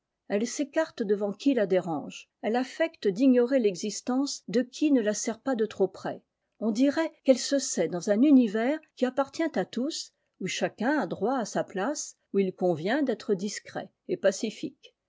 elle s'écarte devant qui la dérange elle affecte d'ignorer l'existence de qui ne la serre pas de trop près on dirait qu'elle se sait dans un univers qui appartient à tous oîi chacun a droit à sa place où il convient d'être discret et pacifique